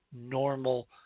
normal